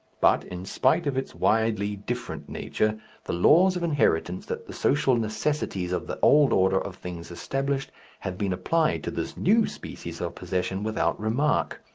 but, in spite of its widely different nature the laws of inheritance that the social necessities of the old order of things established have been applied to this new species of possession without remark.